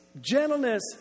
Gentleness